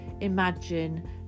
imagine